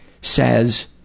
says